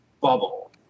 bubble